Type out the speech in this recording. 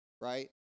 right